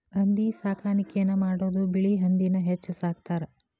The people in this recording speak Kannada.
ಹಂದಿ ಸಾಕಾಣಿಕೆನ ಮಾಡುದು ಬಿಳಿ ಹಂದಿನ ಹೆಚ್ಚ ಸಾಕತಾರ